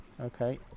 Okay